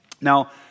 Now